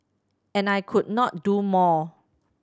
and I could not do more